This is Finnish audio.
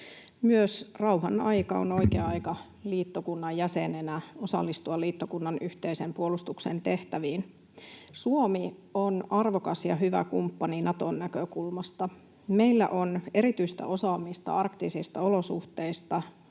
Myös rauhanaika on oikea aika liittokunnan jäsenenä osallistua liittokunnan yhteisen puolustuksen tehtäviin. Suomi on arvokas ja hyvä kumppani Naton näkökulmasta. Meillä on erityistä osaamista arktisista olosuhteista,